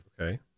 Okay